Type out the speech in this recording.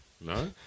No